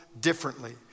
differently